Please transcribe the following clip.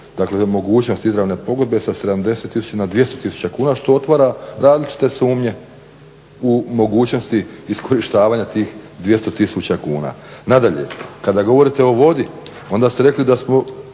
dakle mogućnost izravne pogodbe sa 70 000 na 200 000 kuna što otvara različite sumnje u mogućnosti iskorištavanja tih 200 000 kuna. Nadalje, kada govorite o vodi onda ste rekli da je